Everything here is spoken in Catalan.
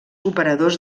operadors